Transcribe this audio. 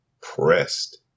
pressed